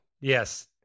yes